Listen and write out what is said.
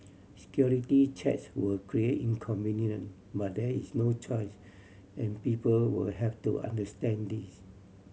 security checks will create inconvenience but there is no choice and people will have to understand this